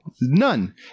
None